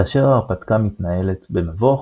כאשר ההרפתקאה מתנהלת במבוך,